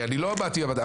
הרי אני לא באתי ואמרתי,